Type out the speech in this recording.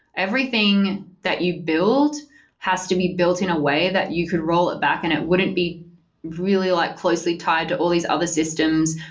everything that you build has to be built in a way that you could roll it back and it wouldn't be really like closely tied to all these other systems,